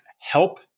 help